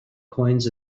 coins